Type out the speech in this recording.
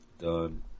Done